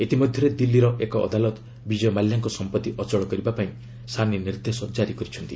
ଇତିମଧ୍ୟରେ ଦିଲ୍ଲୀର ଏକ ଅଦାଲତ ବିଜୟ ମାଲ୍ୟାଙ୍କ ସମ୍ପତ୍ତି ଅଚଳ କରିବାପାଇଁ ସାନି ନିର୍ଦ୍ଦେଶ ଜାରି କରିଛନ୍ତି